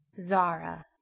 Zara